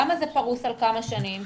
למה זה פרוס על כמה שנים?